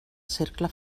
cercle